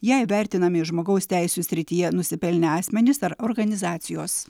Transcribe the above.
ja įvertinami žmogaus teisių srityje nusipelnę asmenys ar organizacijos